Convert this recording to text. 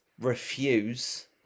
refuse